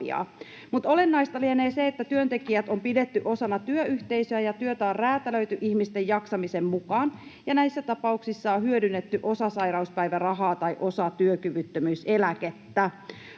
olennaista lienee se, että työntekijät on pidetty osana työyhteisöä ja työtä on räätälöity ihmisten jaksamisen mukaan. Näissä tapauksissa on hyödynnetty osasairauspäivärahaa tai osatyökyvyttömyyseläkettä.